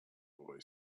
boy